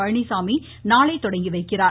பழனிச்சாமி நாளை தொடங்கிவைக்கிறார்